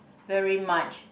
very much